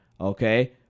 Okay